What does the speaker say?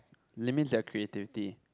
limits their creativity